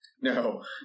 No